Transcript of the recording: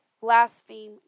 blaspheme